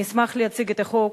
אני אשמח להציג את החוק.